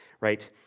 right